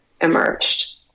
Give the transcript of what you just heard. emerged